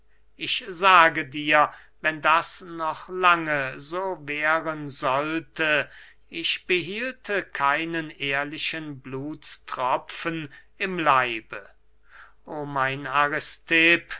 ich sage dir wenn das noch lange so währen sollte ich behielte keinen ehrlichen blutstropfen im leibe o mein